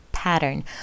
pattern